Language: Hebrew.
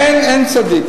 אין צדיק.